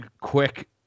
quick